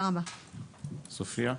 סופיה?